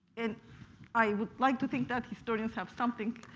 and i would like to think that historians have something